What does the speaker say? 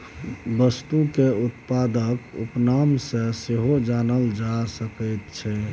वस्तुकेँ उत्पादक उपनाम सँ सेहो जानल जा सकैत छै